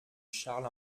charles